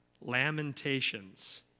Lamentations